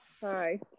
Hi